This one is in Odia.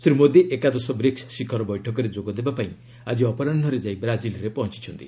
ଶ୍ରୀ ମୋଦି ଏକାଦଶ ବ୍ରିକ୍ୱ ଶିଖର ବୈଠକରେ ଯୋଗ ଦେବାପାଇଁ ଆକି ଅପରାହୁରେ ଯାଇ ବ୍ରାଜିଲ୍ରେ ପହଞ୍ଚଛନ୍ତି